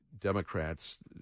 Democrats